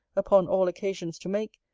upon all occasions, to make,